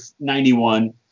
91